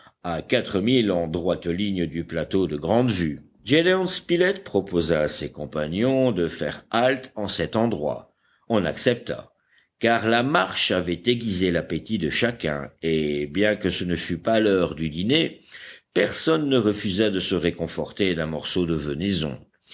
à quatre milles en droite ligne du plateau de grandevue gédéon spilett proposa à ses compagnons de faire halte en cet endroit on accepta car la marche avait aiguisé l'appétit de chacun et bien que ce ne fût pas l'heure du dîner personne ne refusa de se réconforter d'un morceau de venaison